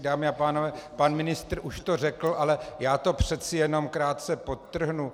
Dámy a pánové, pan ministr už to řekl, ale já to přeci jenom krátce podtrhnu.